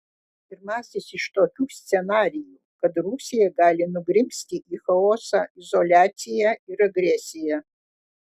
pirmasis iš tokių scenarijų kad rusija gali nugrimzti į chaosą izoliaciją ir agresiją